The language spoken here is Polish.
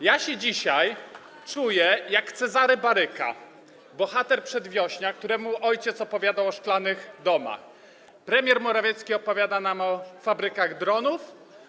Czuję się dzisiaj jak Cezary Baryka, bohater „Przedwiośnia”, któremu ojciec opowiadał o szklanych domach, a premier Morawiecki opowiada nam o fabrykach dronów.